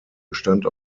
bestand